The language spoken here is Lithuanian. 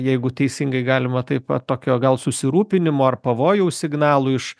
jeigu teisingai galima taip pat tokio gal susirūpinimo ar pavojaus signalų iš